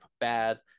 bad